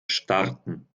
starten